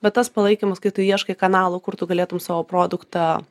bet tas palaikymas kai tu ieškai kanalų kur tu galėtum savo produktą